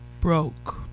Broke